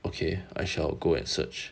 okay I shall go and search